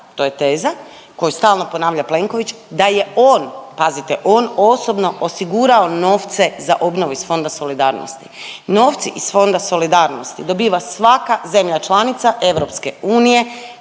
to je teza koju stalno ponavlja Plenković da je on, pazite on osobno osigurao novce za obnovu iz Fonda solidarnosti. Novci iz Fonda solidarnosti dobiva svaka zemlja članica EU kada ima